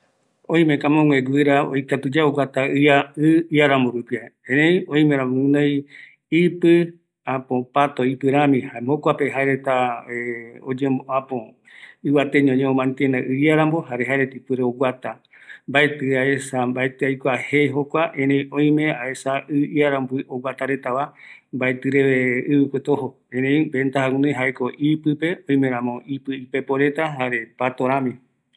Oime guira oikatu yae oguata ɨ iarambo tupi, oimeramo guinoi pato ipo rami, oguata vaera ɨ iarambo, mbaetɨ jee aikua, eri oime aesa, oikatu yaeva reta